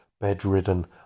bedridden